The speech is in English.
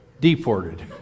Deported